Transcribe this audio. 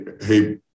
hey